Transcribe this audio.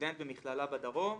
מסטודנט במכללה בדרום.